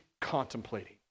contemplating